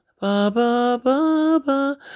ba-ba-ba-ba